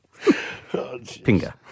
Pinga